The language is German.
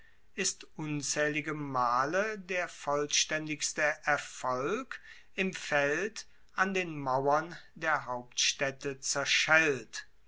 ist unzaehlige male der vollstaendigste erfolg im feld an den mauern der hauptstaedte zerschellt